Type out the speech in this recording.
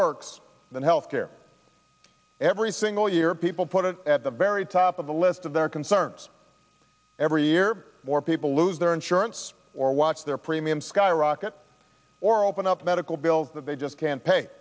works than health care every single year people put it at the very top of the list of their concerns every year more people lose their insurance or watch their premiums skyrocket or open up medical bills that they just can't pay